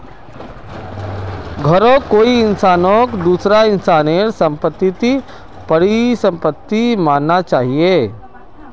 घरौंक कोई इंसानक दूसरा इंसानेर सम्पत्तिक परिसम्पत्ति मानना चाहिये